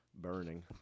burning